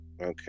Okay